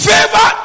Favor